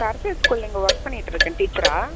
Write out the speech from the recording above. சரஸ்வதி ஸ்கூலில் இங்கே ஒர்க் பண்ணிட்டு இருக்கேன் டீச்சராக